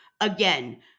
again